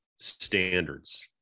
standards